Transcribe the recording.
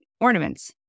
ornaments